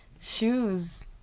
shoes